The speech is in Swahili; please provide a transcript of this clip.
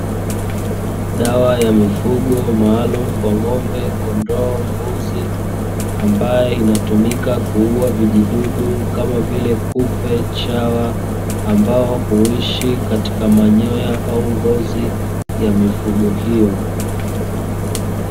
Dawa ya mifugo maalumu kwa Ng'ombe , Kondoo, Mbuzi ambayo inatumika kuuwa vijidudu kama vile; Kupe, na chawa ambao huishi katika manyoya au ngozi ya mifugo hiyo.